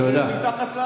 תודה.